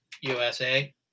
USA